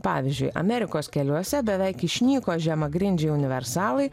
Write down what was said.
pavyzdžiui amerikos keliuose beveik išnyko žemagrindžiai universalai